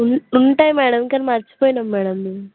ఉంటాయి మ్యాడమ్ కానీ మర్చిపోయినాము మ్యాడమ్ నేను